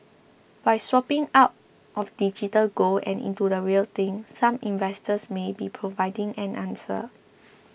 by swapping out of digital gold and into the real thing some investors may be providing an answer